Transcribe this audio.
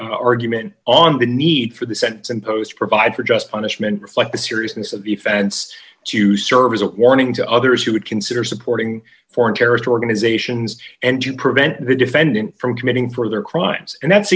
argument on the need for the sentence imposed provide for just punishment reflect the seriousness of the fence to serve as a warning to others who would consider supporting foreign terrorist organizations and to prevent the defendant from committing for their crimes and that's